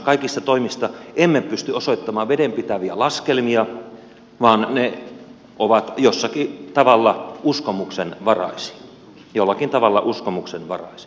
kaikista toimista emme pysty osoittamaan vedenpitäviä laskelmia vaan ne ovat jollakin tavalla uskomuksenvaraisia